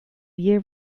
year